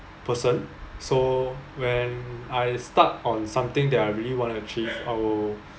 person so when I start on something that I really want to achieve I'll